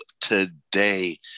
today